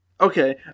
Okay